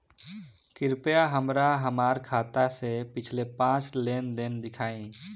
कृपया हमरा हमार खाते से पिछले पांच लेन देन दिखाइ